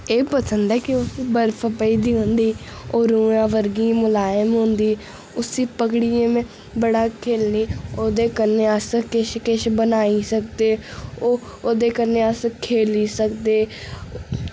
एह् पसंद ऐ कि उत्थै बर्फ पेई दी होंदी ओह् रुएं वर्गी मलैम होंदी उस्सी पकड़ियै में बड़ा खेढने ओह्दे कन्नै अस किश किश बनाई सकदे ओ ओह्दे कन्नै अस खेढी सकदे